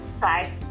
Bye